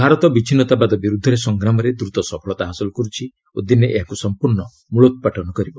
ଭାରତ ବିଚ୍ଛିନ୍ନତାବାଦ ବିରୁଦ୍ଧରେ ସଂଗ୍ରାମରେ ଦ୍ରତ ସଫଳତା ହାସଲ କରୁଛି ଓ ଦିନେ ଏହାକୁ ସମ୍ପର୍ଶ୍ଣ ମ୍ମଳୋତ୍ପାଟନ କରିବ